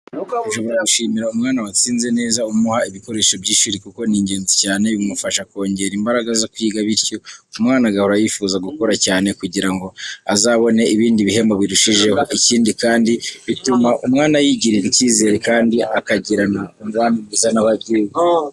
Ushobora gushimira umwana watsinze neza umuha ibikoresho by’ishuri kuko ni ingenzi cyane bimufasha kongera imbaraga zo kwiga bityo umwana agahora yifuza gukora cyane kugira ngo azabone ibindi bihembo birushijeho. Ikindi kandi bituma umwana yigirira icyizere kandi akagirana umubano mwiza n’ababyeyi.